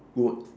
would